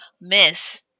Miss